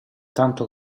tanto